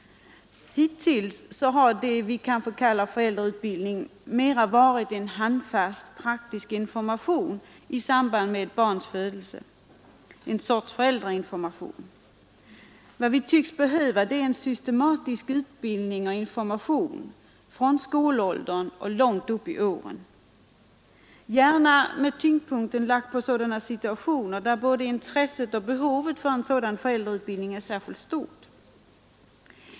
Hittills har det vi kallar föräldrautbildning mera varit en handfast praktisk information i samband med barns födelse, en sorts föräldrainformation. Vad vi tycks behöva är systematisk utbildning och information från skolåldern och långt upp i åren, gärna med tyngdpunkten lagd på sådana situationer där intresset och behovet är särskilt stora.